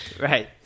Right